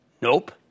Nope